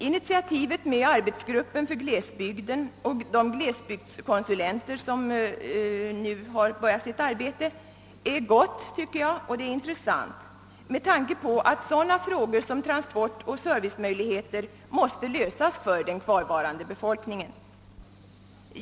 Initiativet med arbetsgruppen för glesbygden och de glesbygdskonsulenter, som nu har börjat sitt arbete, är gott och intressant enligt min mening med tanke på att sådana frågor som gäller transport och servicemöjligheter måste lösas för den kvarvarande befolkningen.